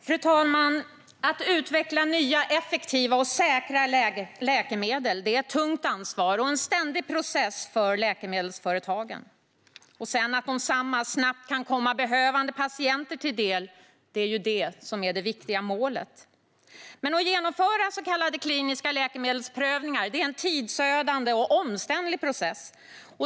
Fru talman! Att utveckla nya effektiva och säkra läkemedel är ett tungt ansvar och en ständig process för läkemedelsföretagen. Och det viktiga målet är att dessa läkemedel snabbt kan komma behövande patienter till del. Men att genomföra så kallade kliniska läkemedelsprövningar är en tidsödande och omständlig process.